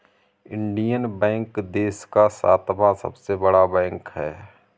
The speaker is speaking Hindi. इंडियन बैंक देश का सातवां सबसे बड़ा बैंक है